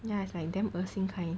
ya it's like damn 恶心 kind